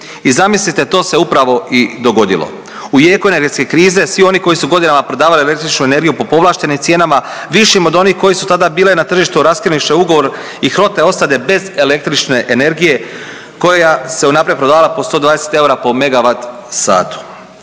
i zamislite to se upravo i dogodilo. U jeku energetske krize svi oni koji su godinama prodavali električnu energiju po povlaštenim cijenama, višim od onih koje su tada bile na tržištu, raskinuše ugovor i HROTE ostade bez električne energije koja se unaprijed prodavala po 120 eura po megavatsatu.